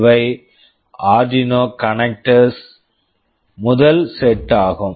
இவை Arduino connector Arduino connector முதல் set set ஆகும்